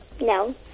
No